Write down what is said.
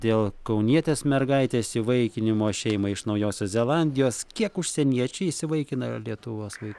dėl kaunietės mergaitės įvaikinimo šeimai iš naujosios zelandijos kiek užsieniečiai įsivaikina lietuvos vaik